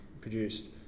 produced